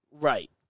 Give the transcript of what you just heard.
Right